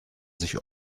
sich